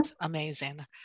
amazing